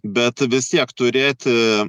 bet vis tiek turėti